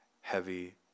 heavy